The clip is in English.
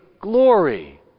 glory